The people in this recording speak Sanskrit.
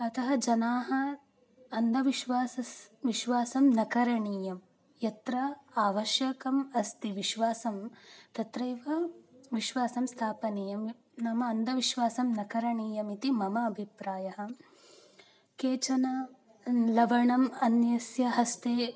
अतः जनाः अन्धविश्वासं विश्वासं न करणीयं यत्र आवश्यकम् अस्ति विश्वासं तत्रैव विश्वासं स्थापनीयं नाम अन्धविश्वासं न करणीयम् इति मम अभिप्रायः केचन लवणम् अन्यस्य हस्ते